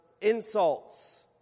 insults